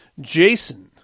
Jason